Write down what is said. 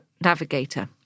navigator